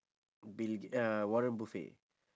bill g~ uh warren buffett